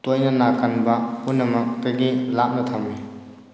ꯇꯣꯏꯅ ꯅꯥꯒꯟꯕ ꯄꯨꯝꯅꯃꯛꯇꯒꯤ ꯂꯥꯞꯅ ꯊꯝꯃꯤ